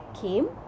came